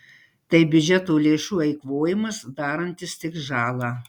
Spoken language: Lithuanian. tai biudžeto lėšų eikvojimas darantis tik žalą